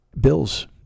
bills